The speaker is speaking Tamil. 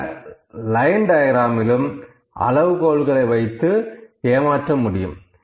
இந்த லைன் டயக்ராம்லும் அளவுகோல்களை வைத்து ஏமாற்ற முடியும்